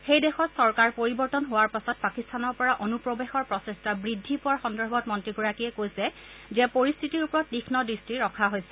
সেই দেশত চৰকাৰ পৰিবৰ্তন হোৱাৰ পাছত পাকিস্তানৰ পৰা অনুপ্ৰৱেশৰ প্ৰচেষ্টা বৃদ্ধি পোৱাৰ সন্দৰ্ভত মন্ত্ৰীগৰাকীয়ে কৈছে যে পৰিশ্বিতিৰ ওপৰত তীক্ষ দুষ্টি ৰখা হৈছে